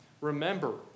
remember